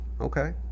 okay